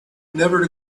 never